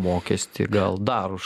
mokestį gal dar už